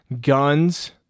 guns